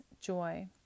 joy